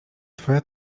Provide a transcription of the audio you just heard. twoja